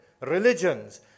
religions